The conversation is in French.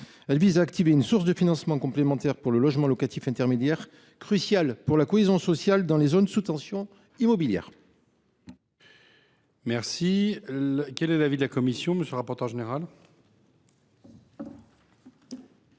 Elle vise à activer une source de financement complémentaire pour le logement locatif intermédiaire, qui est crucial pour la cohésion sociale dans les zones soumises à des tensions immobilières.